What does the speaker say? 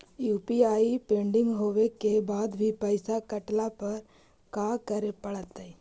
UPI pending होवे के बाद भी पैसा कटला पर का करे पड़तई?